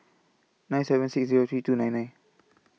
nine seven six Zero three two nine nine